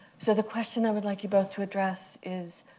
so the question i would like you both to address is,